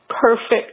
perfect